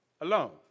alone